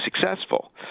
successful